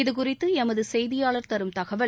இதுகுறித்து எமது செய்தியாளர் தரும் தகவல்